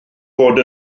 fod